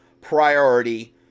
priority